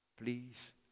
please